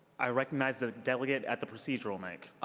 i recognize the delegate at the procedural mic.